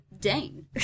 Dane